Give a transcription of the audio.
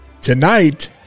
Tonight